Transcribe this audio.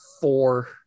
four